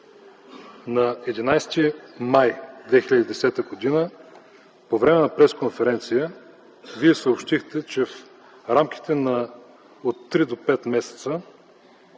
На 11 май 2010 г. по време на пресконференция Вие съобщихте, че в рамките на от 3 до 5 месеца